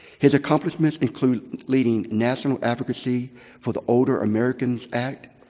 his accomplishments include leading national advocacy for the older americans act,